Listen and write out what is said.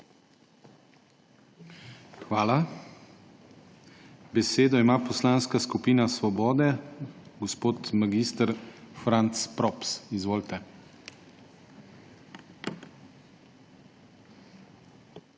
Hvala. Besedo ima Poslanska skupina Svoboda. Gospod mag. Franc Props, izvolite.